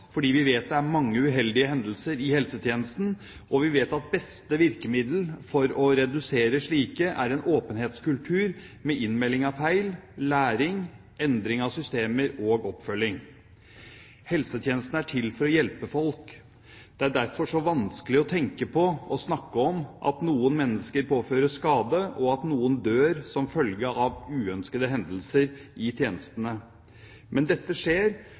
fordi vi vet det er mange uheldige hendelser i helsetjenesten, og vi vet at beste virkemiddel for å redusere slike er en åpenhetskultur med innmelding av feil, læring, endring av systemer og oppfølging. Helsetjenesten er til for å hjelpe folk. Det er derfor så vanskelig å tenke på og snakke om at noen mennesker påføres skade og at noen dør som følge av uønskede hendelser i tjenestene. Men dette skjer,